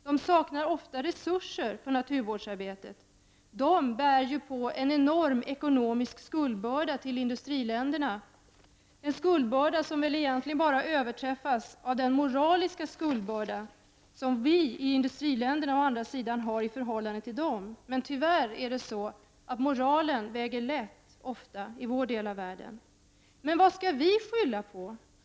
De saknar ofta resurser för naturvårdsarbetet. De bär ju på en enorm ekonomisk skuldbörda till industriländerna — en skuldbörda som väl egentligen bara överträffas av den moraliska skuldbörda som vi i industriländerna har i förhållande till utvecklingsländerna. Tyvärr väger moralen ofta lätt i vår del av världen. Vad skall vi skylla på?